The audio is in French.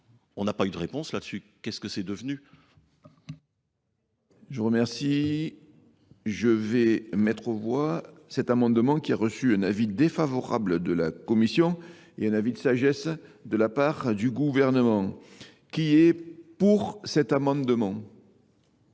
On n'a pas eu de réponse là-dessus. Qu'est-ce que c'est devenu ? Je remercie. Je vais mettre au voix cet amendement qui a reçu un avis défavorable de la Commission et un avis de sagesse de la part du gouvernement. Qui est pour cet amendement ?